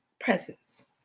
presence